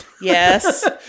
Yes